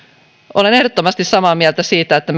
olen ehdottomasti samaa mieltä siitä että